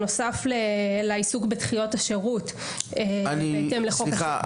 בנוסף לעיסוק בדחיות השירות בהתאם לחוק --- סליחה,